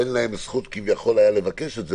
אין להם זכות לבקש את זה,